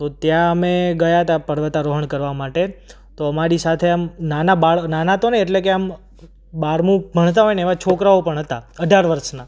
તો ત્યાં અમે ગયા હતા પર્વતારોહણ કરવા માટે તો અમારી સાથે આમ નાના નાના તો નહીં એટલે કે આમ બારમુ ભણતા હોય ને એવાં છોકરાઓ પણ હતા અઢાર વર્ષનાં